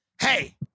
Hey